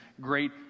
great